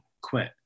quit